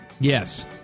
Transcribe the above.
Yes